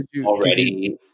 already